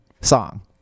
song